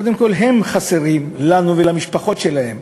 קודם כול, הם חסרים לנו ולמשפחות שלהם,